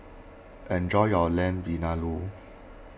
enjoy your Lamb Vindaloo